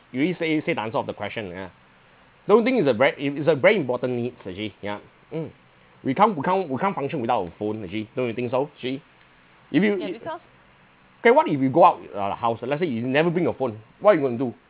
you already say say the answer of the question yeah don't you think it's a very it it's a very important need actually yeah mm we can't we can't we can't function without our phone actually don't you think so actually if you K what if we go out a house ah let's say you never bring your phone what you going to do